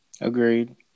agreed